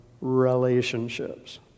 relationships